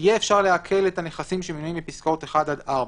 אפשר יהיה לעקל את הנכסים שמנויים בפסקאות (1) עד (4),